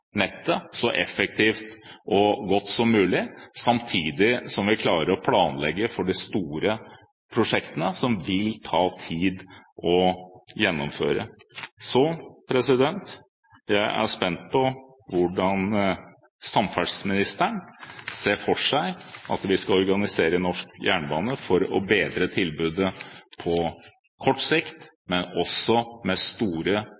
nettet så effektivt og godt som mulig, samtidig som vi klarer å planlegge for de store prosjektene, som vil ta tid å gjennomføre. Jeg er spent på hvordan samferdselsministeren ser for seg at vi skal organisere norsk jernbane for å bedre tilbudet på kort sikt, men også med store